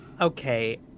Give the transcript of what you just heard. Okay